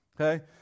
okay